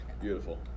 Beautiful